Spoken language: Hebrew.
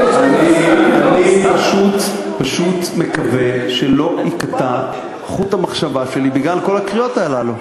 אני פשוט מקווה שלא ייקטע חוט המחשבה שלי בגלל כל הקריאות הללו.